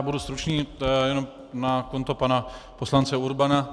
Budu stručný, jen na konto pana poslance Urbana.